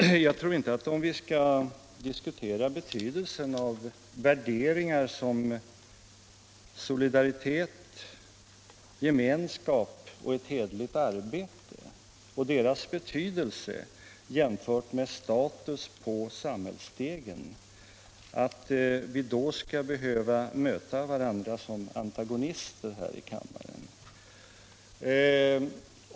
Om arbetsbyte för Herr talman! När det gäller att diskutera betydelsen av värderingar = tjänstemän i statlig som solidaritet, gemenskap och ett hederligt arbete i jämförelse med och kommunal status på samhällsstegen, tror jag inte att vi skall behöva möta varandra = förvaltning som antagonister här i kammaren.